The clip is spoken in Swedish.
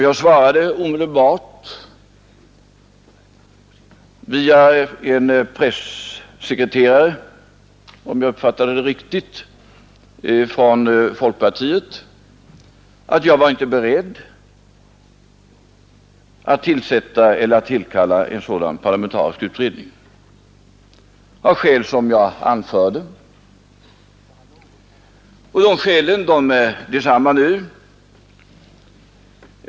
Jag svarade omedelbart via en pressekreterare — om jag uppfattade det rätt — hos folkpartiet att jag av skäl som jag anförde inte var beredd att tillkalla en sådan parlamentarisk utredning. Skälen är desamma nu.